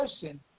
person